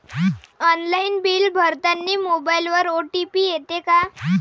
Online bill भरतानी मोबाईलवर OTP येते का?